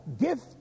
gift